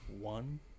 one